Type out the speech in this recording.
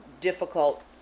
difficult